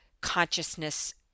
consciousness